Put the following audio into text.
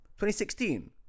2016